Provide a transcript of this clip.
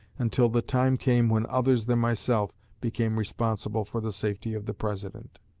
until the time came when others than myself became responsible for the safety of the president.